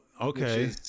okay